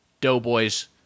doughboys